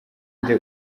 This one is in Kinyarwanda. nde